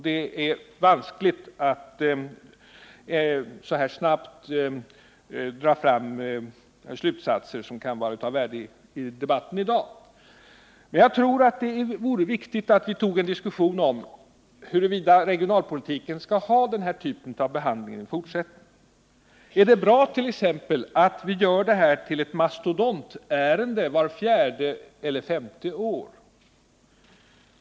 Det är också vanskligt att snabbt dra slutsatser av materialet som kan vara av värde för debatten i dag. Men jag tror det vore viktigt om vi kunde ta en diskussion om huruvida regionalpolitiken skall ha den här typen av behandling i fortsättningen. Är det t.ex. bra att vi gör den till ett mastodontärende vart fjärde eller vart femte år?